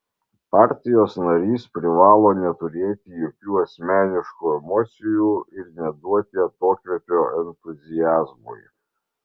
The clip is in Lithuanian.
partijos narys privalo neturėti jokių asmeniškų emocijų ir neduoti atokvėpio entuziazmui